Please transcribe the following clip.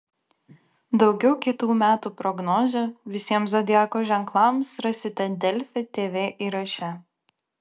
daugiau kitų metų prognozių visiems zodiako ženklams rasite delfi tv įraše